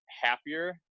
happier